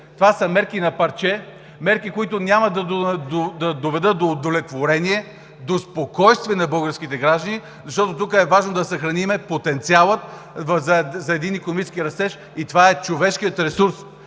това са мерки на парче, мерки, които няма да доведат до удовлетворение, до спокойствие на българските граждани, защото тук е важно да съхраним потенциала за един икономически растеж и това е човешкият ресурс!